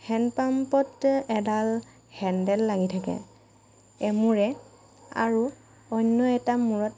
hand পাম্পত এডাল handle লাগি থাকে এমূৰে আৰু অন্য এটা মূৰত